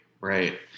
Right